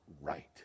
right